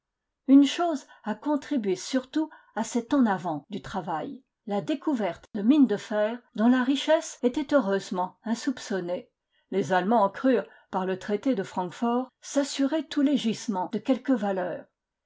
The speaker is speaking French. une chose a contribué surtout à cet en avant du travail la découverte de mines de fer dont la richesse était heureusement insoupçonnée les allemands crurent par le traité de francfort s'assurer tous les gisements de quelque valeur